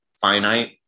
finite